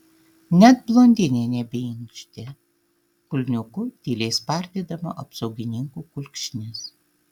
net blondinė nebeinkštė kulniuku tyliai spardydama apsaugininkų kulkšnis